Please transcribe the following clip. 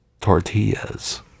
tortillas